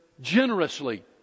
generously